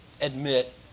admit